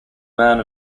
man